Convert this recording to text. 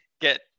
get